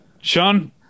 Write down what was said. Sean